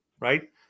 Right